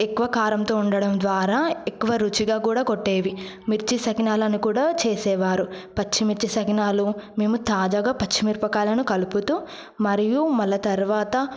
ఎక్కువ కారంతో ఉండడం ద్వారా ఎక్కువ రుచిగా కూడా కొట్టేవి మిర్చి సకినాలను కూడా చేసేవారు పచ్చిమిర్చి సకినాలు మేము తాజాగా పచ్చిమిరపకాయలను కలుపుతూ మరియు మళ్ళీ తర్వాత